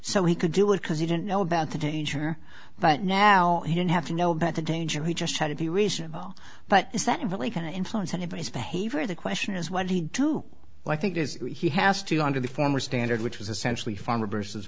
so he could do it because he didn't know about the danger but now he didn't have to know about the danger he just had to be reasonable but is that really going to influence anybody's behavior the question is what he do well i think he has to go under the former standard which was essentially farmer versus